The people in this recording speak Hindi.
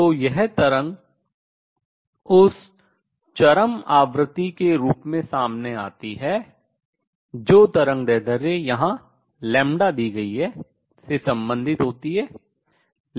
तो यह तरंग उस चरम आवृत्ति के रूप में सामने आती है जो तरंगदैर्ध्य यहां दी गई है से संबंधित होती है